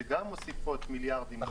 שגם מוסיפות מיליארדים.